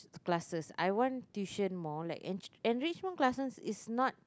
classes I want tuition more like en~ enrichment classes is not classes